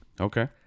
Okay